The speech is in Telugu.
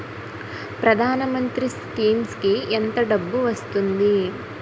ప్రధాన మంత్రి స్కీమ్స్ కీ ఎంత డబ్బు వస్తుంది?